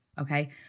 okay